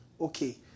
okay